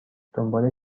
دنبال